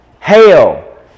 Hail